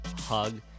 hug